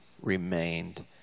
remained